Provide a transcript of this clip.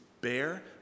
bear